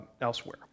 elsewhere